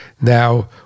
now